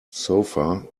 sofa